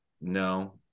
No